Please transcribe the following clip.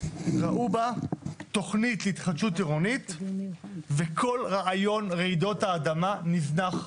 ראו בה תכנית התחדשות עירונית וכל רעיון רעידות האדמה נזנח.